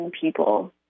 people